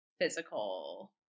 physical